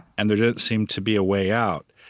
and there didn't seem to be a way out.